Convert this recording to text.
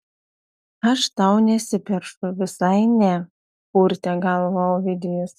aš tau nesiperšu visai ne purtė galvą ovidijus